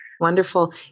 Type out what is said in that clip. Wonderful